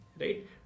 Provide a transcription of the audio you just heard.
right